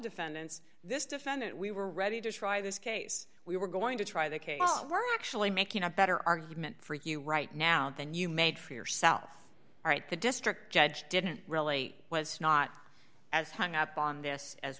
defendants this defendant we were ready to try this case we were going to try the case we're actually making a better argument for you right now than you made for yourself right the district judge didn't really was not as hung up on this as